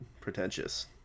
pretentious